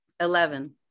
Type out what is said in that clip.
Eleven